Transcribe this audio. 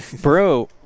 Bro